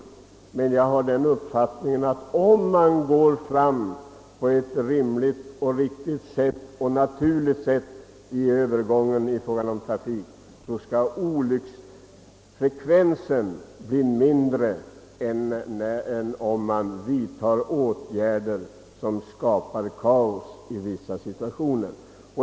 Men jag har den uppfattningen att om man går fram på ett rimligt och naturligt sätt vid trafikomläggningen, skall olycksfrekvensen bli mindre än om man vidtar åtgärder som skapar kaos i vissa situationer.